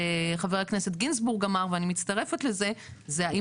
שחבר הכנסת גינזבורג אמר ואני מצטרפת האם